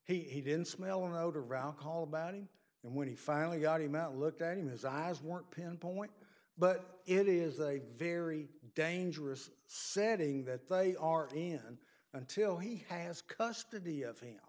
that he didn't smell an odor around call about him and when he finally got him out looked at him his eyes weren't pinpoint but it is they very dangerous setting that they are in until he has custody of him